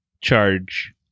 charge